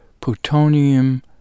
plutonium